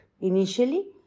initially